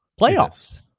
Playoffs